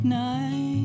night